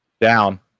Down